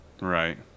right